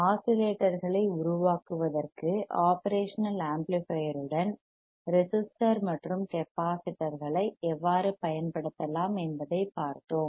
ஆஸிலேட்டர்களை உருவாக்குவதற்கு ஒப்ரேஷனல் ஆம்ப்ளிபையர்யுடன் ரெசிஸ்டர் மற்றும் கெப்பாசிட்டர்களை எவ்வாறு பயன்படுத்தலாம் என்பதைப் பார்த்தோம்